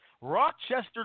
Rochester